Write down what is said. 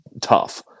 tough